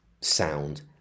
sound